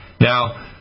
now